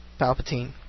Palpatine